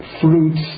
fruits